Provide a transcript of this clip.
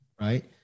right